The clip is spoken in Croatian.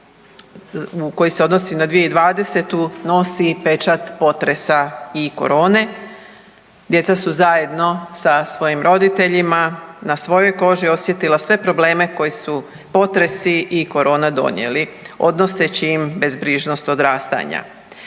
koji se odnosi na 2020. nosi pečat potresa i korone. Djeca su zajedno sa svojim roditeljima na svojoj koži osjetila sve probleme koji su potresi i korona donijeli odnoseći im bezbrižnost odrastanja.